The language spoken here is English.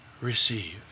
receive